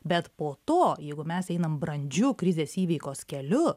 bet po to jeigu mes einam brandžiu krizės įveikos keliu